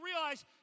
realize